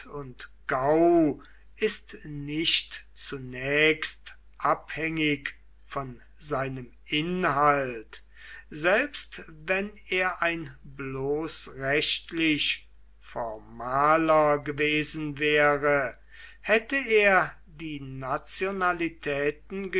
gau ist nicht zunächst abhängig von seinem inhalt selbst wenn er ein bloß rechtlich formaler gewesen wäre hätte er die nationalitäten